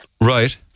Right